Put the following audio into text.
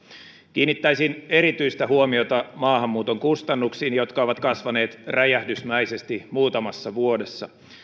kiinnittäisin erityistä huomiota maahanmuuton kustannuksiin jotka ovat kasvaneet räjähdysmäisesti muutamassa vuodessa